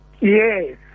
Yes